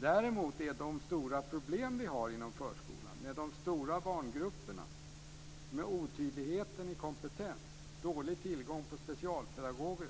Däremot är de stora problemen inom förskolan såsom stora barngrupper, otydlighet i kompetens, dålig tillgång på specialpedagoger,